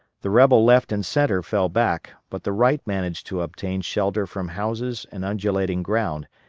the rebel left and centre fell back, but the right managed to obtain shelter from houses and undulating ground,